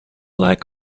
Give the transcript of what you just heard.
lack